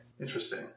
interesting